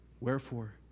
Wherefore